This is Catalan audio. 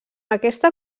aquesta